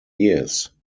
years